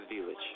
Village